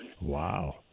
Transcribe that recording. Wow